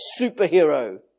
superhero